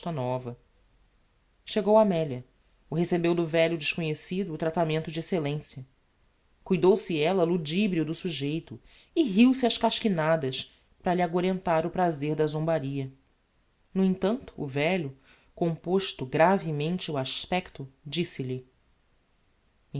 nova chegou amelia o recebeu do velho desconhecido o tratamento de excellencia cuidou se ella ludibrio do sujeito e riu-se ás casquinadas para lhe agorentar o prazer da zombaria no em tanto o velho composto gravemente o aspecto disse-lhe